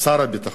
שר הביטחון.